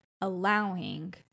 allowing